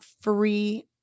free-